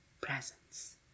presence